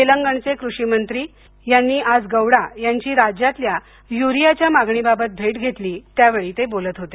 तेलंगणचे कृषी मंत्री यांनी आज गौडा यांची राज्यातल्या युरियाच्या मागणीबाबत भेट घेतली त्यावेळी गौडा बोलत होते